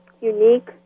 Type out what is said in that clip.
unique